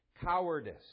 cowardice